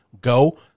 go